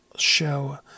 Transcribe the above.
show